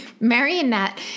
marionette